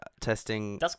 testing